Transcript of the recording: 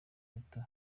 rito